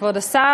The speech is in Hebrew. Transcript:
כבוד השר,